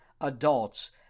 adults